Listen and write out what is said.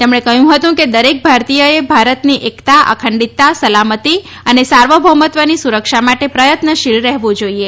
તેમણે કહ્યું હતું કે દરેક ભારતીયએ ભારતની એકતા અખંડિતતા સલામતી અને સાર્વભૌમત્વની સુરક્ષા માટે પ્રયત્નશીલ રહેવું જોઈએ